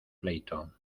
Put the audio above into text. pleito